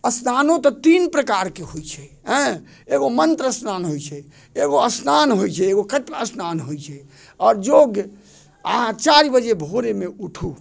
असनानो तऽ तीन प्रकार के होइ छै अँए एगो मन्त्र असनान होइ छै एगो असनान होइ छै कत्न असनान होइ छै आओर योग अहाँ चारि बजे भोरेमे उठू